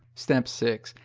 step six.